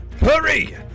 Hurry